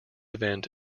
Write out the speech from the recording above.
event